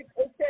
okay